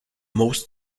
most